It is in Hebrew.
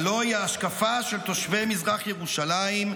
הלוא היא ההשקפה של תושבי מזרח ירושלים,